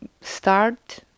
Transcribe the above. start